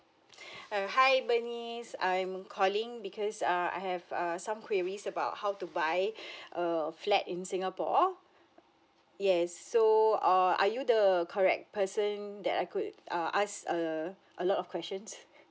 uh hi bernice I'm calling because err I have err some queries about how to buy a flat in singapore yes so uh are you the correct person that I could ah ask uh a lot of questions